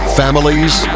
families